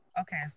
Okay